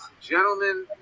gentlemen